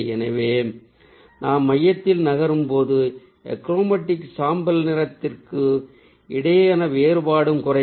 எனவே நாம் மையத்திற்கு நகரும்போது எக்ரோமேட்டிக் சாம்பல் நிறத்திற்கு இடையிலான வேறுபாடு குறையும்